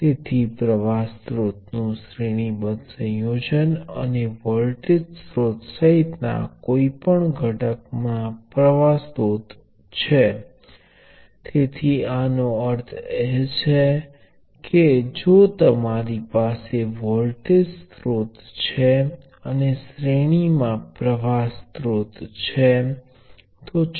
તેથી આ બંને નોડ વચ્ચે શોર્ટ સર્કિટ રાખવા માટે આ બધી સમાન સમજો છે તેથી જ મેં આ વસ્તુને પ્રથમ સ્થાને લાવી